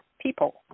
people